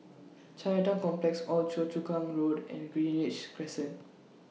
Chinatown Complex Old Choa Chu Kang Road and Greenridge Crescent